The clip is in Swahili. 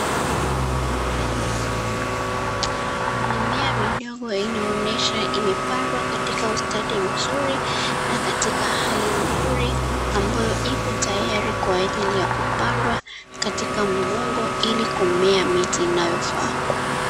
Mimea midogo inaonyesha imepandwa katika ustadi mzuri, na katika hali nzuri, ambayo iko tayri kwa ajili ya kupandwa katika udongo ilikumea miti inayofaa.